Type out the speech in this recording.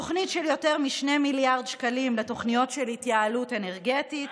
תוכנית של יותר מ-2 מיליארד שקלים לתוכניות של התייעלות אנרגטית,